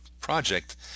project